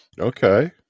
Okay